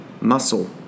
muscle